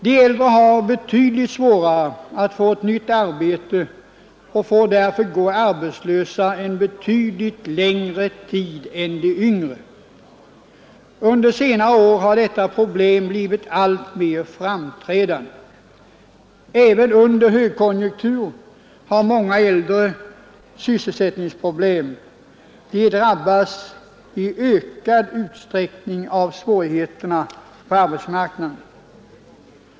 De äldre har betydligt svårare att få nytt Pension, m.m. arbete och får därför gå arbetslösa betydligt längre tid än de yngre. Under senare år har detta problem blivit alltmer framträdande. Även under högkonjunktur har många äldre sysselsättningsproblem; de drabbas i ökad utsträckning av svårigheter på arbetsmarknaden.